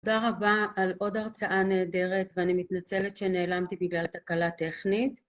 תודה רבה על עוד הרצאה נהדרת ואני מתנצלת שנעלמתי בגלל התקלה טכנית